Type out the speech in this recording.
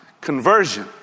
Conversion